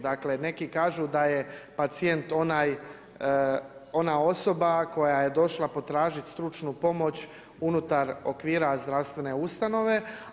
Dakle neki kažu da je pacijent onaj, ona osoba koja je došla potražiti stručnu pomoć unutar okvira zdravstvene ustanove.